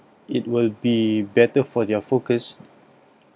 it will be better for their focus